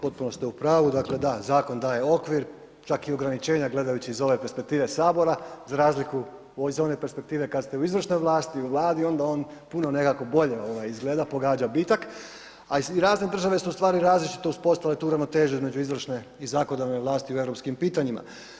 Potpuno ste u pravu, dakle da, zakon daje okvir, čak i ograničenja gledajući iz ove perspektive Sabora, za razliku iz one perspektive kad ste u izvršnoj vlasti u Vladi onda on puno nekako bolje izgleda, pogađa ... a i razne države su u stvari različito uspostavile tu ravnotežu između izvršne i zakonodavne vlasti u europskim pitanjima.